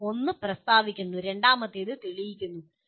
ശരി ഒന്ന് പ്രസ്താവിക്കുന്നു രണ്ടാമത്തേത് തെളിയിക്കുന്നു